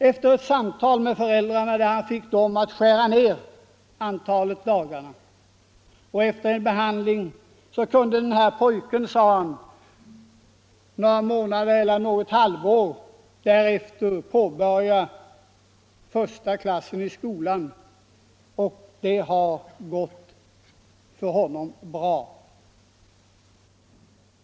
Efter ett samtal med föräldrarna, där läkaren fick dem att skära ned antalet arbetstimmar, och efter viss behandling kunde den här pojken sedan det gått några månader eller ett halvår börja första klassen i skolan. Det har gått bra för honom.